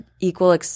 equal